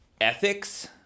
ethics